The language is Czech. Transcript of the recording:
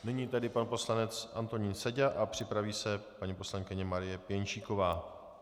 Nyní tedy pan poslanec Antonín Seďa a připraví se paní poslankyně Marie Pěnčíková.